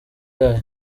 yayo